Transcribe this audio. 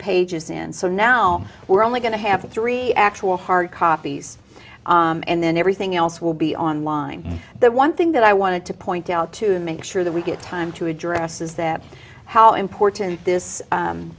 pages in so now we're only going to have three actual hard copies and then everything else will be online the one thing that i wanted to point out to make sure that we get time to address is that how important this